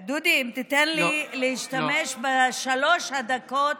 דודי, אם תיתן לי להשתמש בשלוש הדקות,